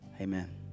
Amen